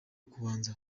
kubanza